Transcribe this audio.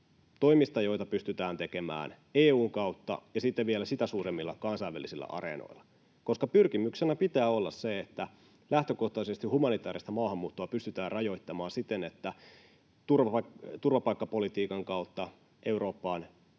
toimista, joita pystytään tekemään EU:n kautta ja sitten vielä sitä suuremmilla kansainvälisillä areenoilla. Pyrkimyksenä pitää olla se, että lähtökohtaisesti humanitääristä maahanmuuttoa pystytään rajoittamaan siten, että turvapaikkapolitiikan kautta Eurooppaan